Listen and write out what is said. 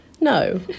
No